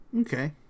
Okay